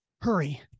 Hurry